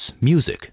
music